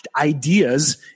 ideas